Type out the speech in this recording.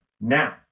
Now